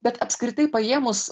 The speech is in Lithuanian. bet apskritai paėmus